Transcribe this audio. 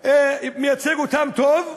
מייצג אותם טוב,